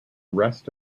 rest